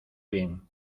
bien